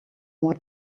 what